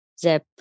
Zip